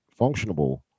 functionable